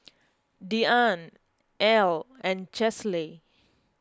Deann Ell and Chesley